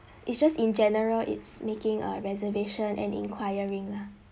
it's just in general it's making a reservation and enquiring lah